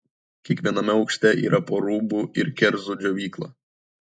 kiekviename aukšte yra po rūbų ir kerzų džiovyklą